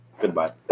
Goodbye